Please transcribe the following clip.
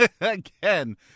Again